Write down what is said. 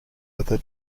either